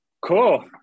Cool